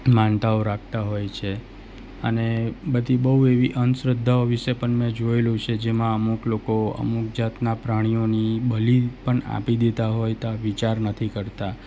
માનતાઓ રાખતા હોય છે અને બધી બહુ એવી અંધશ્રદ્ધાઓ વિષે પણ મેં જોયેલું છે જેમાં અમુક લોકો અમુક જાતના પ્રાણીઓની બલી પણ આપી દેતા હોય તા વિચાર નથી કરતા